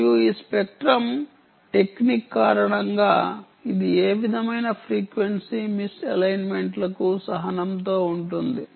మరియు ఈ spectrum technique కారణంగా ఇది ఏ విధమైన ఫ్రీక్వెన్సీ మిస్ ఎలైన్మెంట్లకు సహనంతో ఉంటుంది